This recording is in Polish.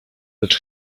lecz